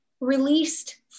released